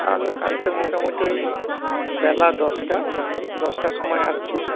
তাহলে কালকে মোটামুটি ওই বেলা দশটা দশটার সময় আসছি